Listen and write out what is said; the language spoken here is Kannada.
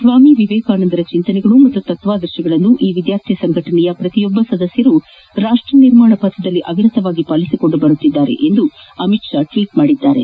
ಸ್ನಾಮಿ ವಿವೇಕಾನಂದರ ಚಿಂತನೆಗಳು ಮತ್ತು ತತ್ನಾದರ್ಶಗಳನ್ನು ಈ ವಿದ್ಯಾರ್ಥಿ ಸಂಘಟನೆಯ ಸದಸ್ಯರು ರಾಷ್ಷನಿರ್ಮಾಣ ಪಥದಲ್ಲಿ ಅವಿರತವಾಗಿ ಪಾಲಿಸಿಕೊಂಡು ಬರುತ್ತಿದ್ದಾರೆ ಎಂದು ಅಮಿತ್ ಶಾ ಟ್ವೀಟ್ ಮಾಡಿದ್ದಾರೆ